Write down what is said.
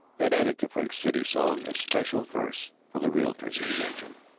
had added to frink's city song a special verse for the realtors' convention